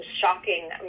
shocking